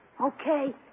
Okay